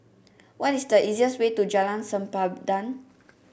what is the easiest way to Jalan Sempadan